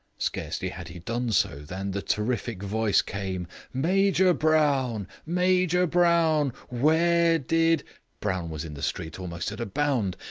scarcely had he done so than the terrific voice came major brown, major brown, where did brown was in the street almost at a bound,